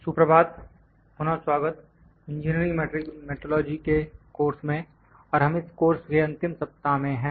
सुप्रभात पुनः स्वागत इंजीनियरिंग मेट्रोलॉजी के कोर्स में और हम इस कोर्स के अंतिम सप्ताह में हैं